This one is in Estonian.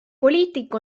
poliitik